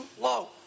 low